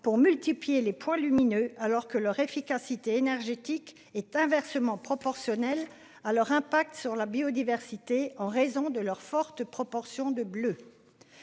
pour multiplier les points lumineux alors que leur efficacité énergétique est inversement proportionnel à leur impact sur la biodiversité en raison de leur forte proportion de bleu.